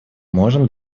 можем